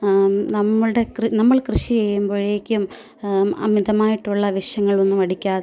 നമ്മളുടെ നമ്മൾ കൃഷി ചെയ്യുമ്പോഴേക്കും അമിതമായിട്ടുള്ള വിഷങ്ങളൊന്നും അടിക്കാതെ